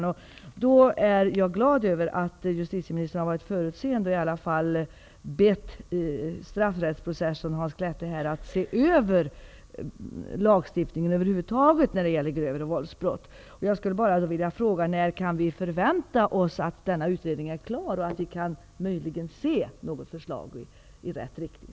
Jag är därför glad över att justitieministern har varit förutseende och bett straffrättsprofessorn Hans Klette se över lagstiftningen över huvud taget när det gäller grövre våldsbrott. Jag skulle bara vilja fråga: När kan vi förvänta oss att denna utredning är klar, och när kan vi möjligen se något förslag i rätt riktning?